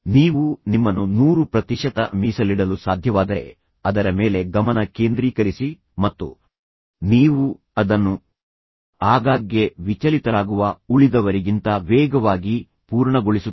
ನೀವು ನಿಮ್ಮನ್ನು ನೂರು ಪ್ರತಿಶತ ಮೀಸಲಿಡಲು ಸಾಧ್ಯವಾದರೆ ಅದರ ಮೇಲೆ ಗಮನ ಕೇಂದ್ರೀಕರಿಸಿ ಮತ್ತು ನೀವು ಅದನ್ನು ಆಗಾಗ್ಗೆ ವಿಚಲಿತರಾಗುವ ಉಳಿದವರಿಗಿಂತ ವೇಗವಾಗಿ ಪೂರ್ಣಗೊಳಿಸುತ್ತೀರಿ